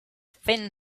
thin